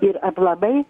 ir aplamai